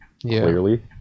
clearly